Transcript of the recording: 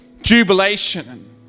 jubilation